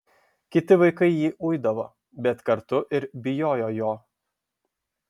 kiti vaikai jį uidavo bet kartu ir bijojo jo